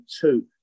two